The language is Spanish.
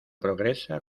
progresa